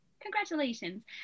Congratulations